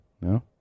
No